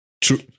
True